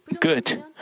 good